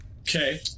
Okay